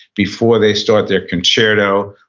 before they start their concerto,